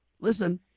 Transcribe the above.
Listen